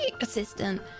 assistant